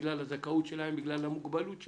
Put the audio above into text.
בגלל הזכאות שלהם, בגלל המוגבלות שלהם,